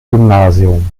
gymnasium